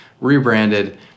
rebranded